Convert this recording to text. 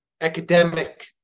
academic